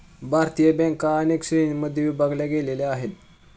भारतीय बँका अनेक श्रेणींमध्ये विभागल्या गेलेल्या आहेत